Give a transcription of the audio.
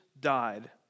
died